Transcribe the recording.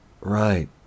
Right